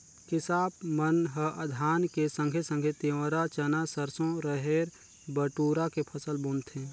किसाप मन ह धान के संघे संघे तिंवरा, चना, सरसो, रहेर, बटुरा के फसल बुनथें